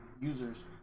users